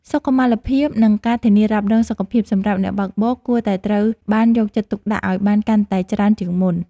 សុខុមាលភាពនិងការធានារ៉ាប់រងសុខភាពសម្រាប់អ្នកបើកបរគួរតែត្រូវបានយកចិត្តទុកដាក់ឱ្យបានកាន់តែច្រើនជាងមុន។